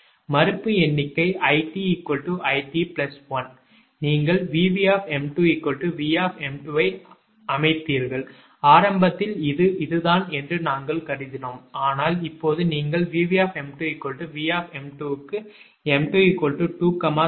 12 மறுப்பு எண்ணிக்கை 𝐼𝑇 𝐼𝑇 1 13 நீங்கள் VV𝑚2 𝑉 𝑚2 ஐ அமைத்தீர்கள் ஆரம்பத்தில் இது இதுதான் என்று நாங்கள் கருதினோம் ஆனால் இப்போது நீங்கள் 𝑉𝑉𝑚2 𝑉𝑚2 க்கு 𝑚2 23